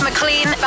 McLean